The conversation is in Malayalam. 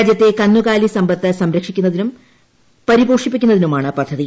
രാജ്യത്തെ കന്നുകാലി സമ്പത്ത് സംരക്ഷിക്കുന്നതിനും പരിപോഷിപ്പിക്കുന്നതിനുമാണ് പദ്ധതി